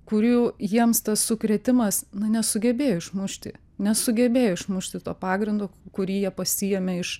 kurių jiems tas sukrėtimas na nesugebėjo išmušti nesugebėjo išmušti to pagrindo kurį jie pasiėmė iš